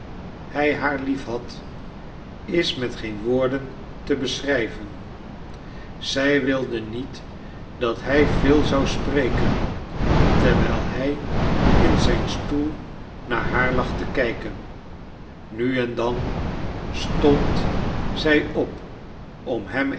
hij haar liefhad is met geen woorden te beschrijven zij wilde niet dat hij veel zou spreken terwijl hij in zijn stoel naar haar lag te kijken nu en dan stond zij op om hem